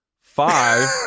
Five